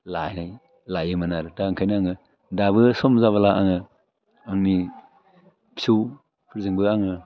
लायोमोन आरो दा ओंखायनो आङो दाबो सम जाब्ला आङो आंनि फिसौफोरजोंबो आङो